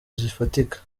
zifatika